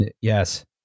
Yes